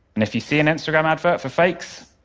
and if you see an instagram advert for fakes,